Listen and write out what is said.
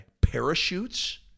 parachutes